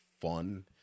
fun